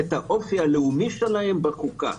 את האופי הלאומי שלהן בחוקה.